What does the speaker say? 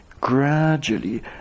gradually